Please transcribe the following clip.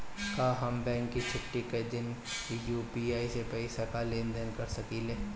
का हम बैंक के छुट्टी का दिन भी यू.पी.आई से पैसे का लेनदेन कर सकीले?